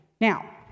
Now